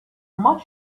much